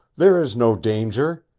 there is no danger.